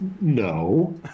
No